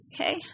Okay